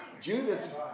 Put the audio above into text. Judas